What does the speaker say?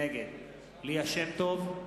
נגד ליה שמטוב,